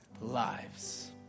Lives